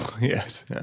Yes